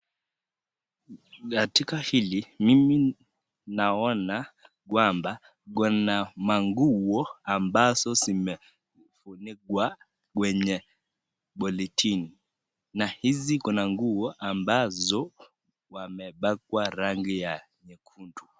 Katika hili, mimi naona kwamba, kuna manguo ambazo zimefunikwa kwenye polythene . Na hizi kuna nguo ambazo wamepakwa rangi ya nyekundu.